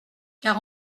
car